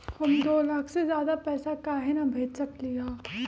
हम दो लाख से ज्यादा पैसा काहे न भेज सकली ह?